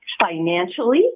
financially